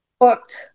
booked